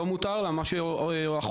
אנחנו קראנו לזה אולי השגחה